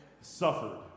suffered